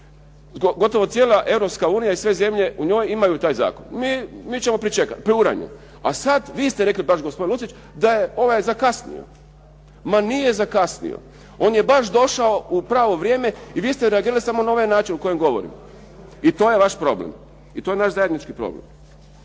Gotovo cijela Europska unija i sve zemlje u njoj imaju taj zakon. Mi ćemo pričekati, preuranjeno je. A sada vi ste rekli baš gospodine Lucić da je ovaj zakasnio. Ma nije zakasnio. On je baš došao u pravo vrijeme i vi ste reagirali samo na ovaj način o kojem govorim. I to je vaš problem. I to je naš zajednički problem.